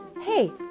hey